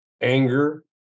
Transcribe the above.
anger